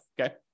okay